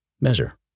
measure